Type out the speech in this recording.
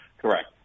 correct